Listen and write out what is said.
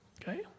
Okay